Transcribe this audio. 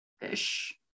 fish